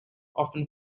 often